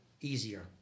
easier